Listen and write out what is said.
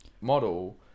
model